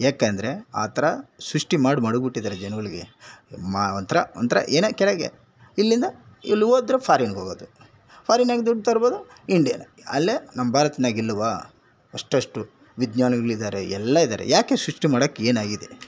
ಏಕೆಂದ್ರೆ ಆ ಥರ ಸೃಷ್ಟಿ ಮಾಡಿ ಮಡಗಿ ಬಿಟ್ಟಿದ್ದಾರೆ ಜನಗಳಿಗೆ ಮ ಒಂಥರ ಒಂಥರ ಏನೇ ಕೆಳಗೆ ಇಲ್ಲಿಂದ ಎಲ್ಲಿ ಹೋದ್ರು ಫಾರಿನಿಗೆ ಹೋಗೋದು ಫಾರಿನಾಗೆ ದುಡ್ಡು ತರಬೋದು ಇಂಡಿಯಾದಾಗೆ ಅಲ್ಲೇ ನಮ್ಮ ಭಾರತದಾಗಿಲ್ವ ಅಷ್ಟು ಅಷ್ಟು ವಿಜ್ಞಾನಿಗಳು ಇದ್ದಾರೆ ಎಲ್ಲ ಇದ್ದಾರೆ ಏಕೆ ಸೃಷ್ಟಿ ಮಾಡೋಕ್ಕೆ ಏನಾಗಿದೆ